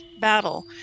battle